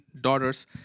daughters